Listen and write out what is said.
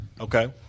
Okay